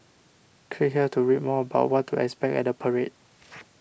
click here to read more about what to expect at the parade